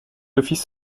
office